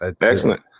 excellent